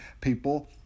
people